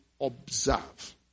observe